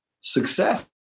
success